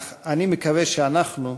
אך אני מקווה שאנחנו,